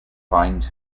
finds